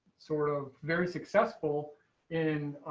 sort of very successful in